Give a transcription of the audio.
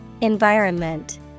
Environment